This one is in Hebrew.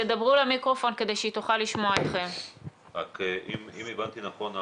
אם הבנתי נכון,